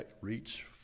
reach